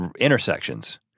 intersections